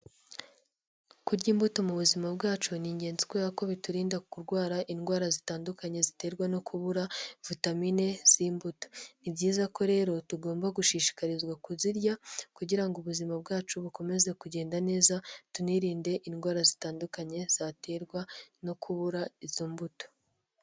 Kurya imbuto mu buzima bwacu ni ingenzi kubera ko biturinda kurwara indwara zitandukanye ziterwa no kubura vitamine z'imbuto. Ni byiza ko rero tugomba gushishikarizwa kuzirya kugira ngo ubuzima bwacu bukomeze kugenda neza, tunirinde indwara zitandukanye zaterwa no kubura izo mbuto.